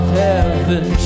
heaven